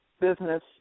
business